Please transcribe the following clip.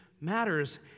matters